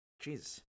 Jesus